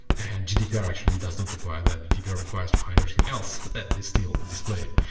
and gdpr actually does not require that. gdpr requires to hide everything else, that is still displayed.